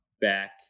back